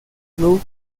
club